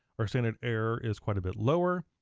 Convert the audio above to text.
our standard error is quite a bit lower,